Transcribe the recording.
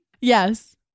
Yes